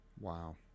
Wow